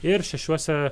ir šešiuose